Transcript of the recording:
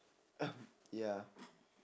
ya